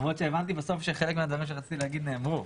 הבנתי שחלק מהדברים שרציתי לומר, נאמרו.